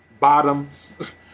bottoms